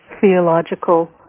theological